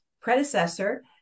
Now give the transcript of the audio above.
predecessor